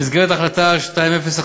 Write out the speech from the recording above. במסגרת החלטה 2017,